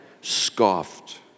scoffed